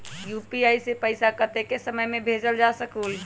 UPI से पैसा कतेक समय मे भेजल जा स्कूल?